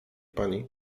pani